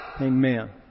Amen